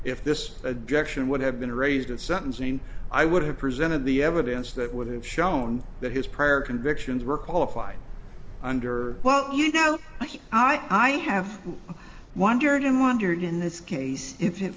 if this addiction would have been raised in sentencing i would have presented the evidence that would have shown that his prior convictions were qualified under well you know i have wondered and wondered in this case if it